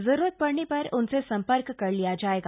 जरूरत पड़ने पर उनसे सम्पर्क कर लिया जायेगा